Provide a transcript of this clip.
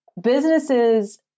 businesses